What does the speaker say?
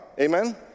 Amen